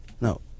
No